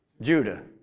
Judah